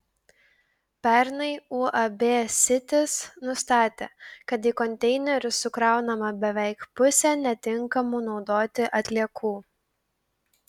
pernai uab sitis nustatė kad į konteinerius sukraunama beveik pusė netinkamų naudoti atliekų